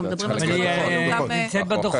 אנחנו מדברים על דוחות גם --- אבל היא נמצאת בדוחות.